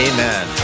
Amen